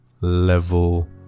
level